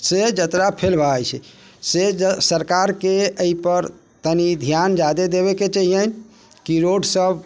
से जतरा फेल भऽ जाइ छै से जे सरकारके अइपर तेनि ध्यान जादे देबेके चाहियनि कि रोड सभ